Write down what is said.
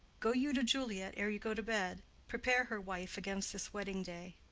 go you to juliet ere you go to bed prepare her, wife, against this wedding day.